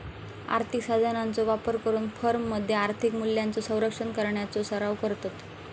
आर्थिक साधनांचो वापर करून फर्ममध्ये आर्थिक मूल्यांचो संरक्षण करण्याचो सराव करतत